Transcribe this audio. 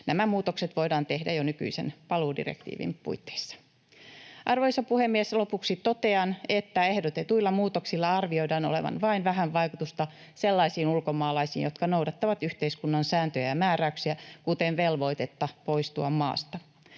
Nämä muutokset voidaan tehdä jo nykyisen paluudirektiivin puitteissa. Arvoisa puhemies! Lopuksi totean, että ehdotetuilla muutoksilla arvioidaan olevan vain vähän vaikutusta sellaisiin ulkomaalaisiin, jotka noudattavat yhteiskunnan sääntöjä ja määräyksiä, kuten velvoitetta poistua maasta.